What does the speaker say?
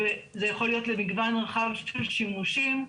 וזה יכול להיות למגוון רחב של שימושים.